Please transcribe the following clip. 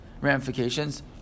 ramifications